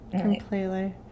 completely